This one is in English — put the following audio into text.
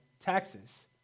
taxes